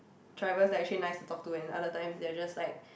drivers that are actually nice talk to and other times they are just like